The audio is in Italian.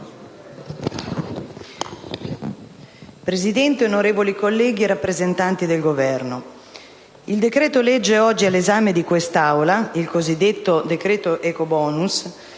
Presidente, onorevoli colleghi, rappresentanti del Governo, il decreto-legge oggi all'esame di quest'Aula (il cosiddetto "decreto ecobonus")